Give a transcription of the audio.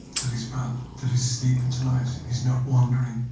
that he's well, that he's sleeping tonight, he's not wandering,